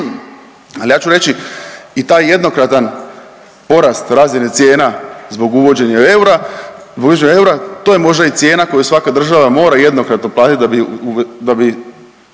Ali ja ću reći i taj jednokratan porast razine cijena zbog uvođenja eura, uvođenja eura, to je možda i cijena koju svaka država mora jednokratno platit da bi,